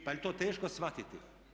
Pa jer to teško shvatiti?